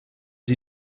sie